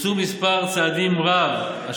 בוצע מספר רב של צעדים,